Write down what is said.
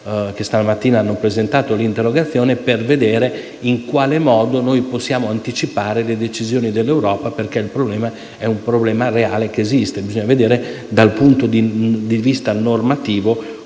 che hanno presentato l'interrogazione per vedere in quale modo possiamo anticipare le decisioni dell'Europa perché il problema è reale, esiste. Bisogna vedere, dal punto di vista normativo,